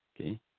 okay